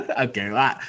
okay